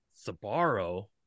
Sabaro